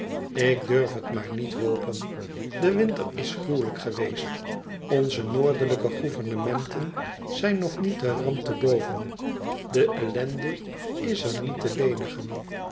ik durf het maar niet hopen de winter is gruwelijk geweest onze noordelijke gouvernementen zijn nog niet den ramp te boven de ellende is er niet te lenigen